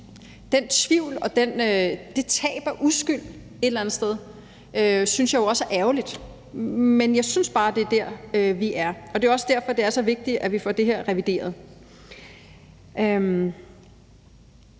den tvivl og det tab af uskyld et eller andet sted synes jeg jo også er ærgerligt, men jeg synes bare, det er der, vi er, og det er også derfor, det er så vigtigt, at vi får det her revideret. Når